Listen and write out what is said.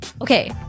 okay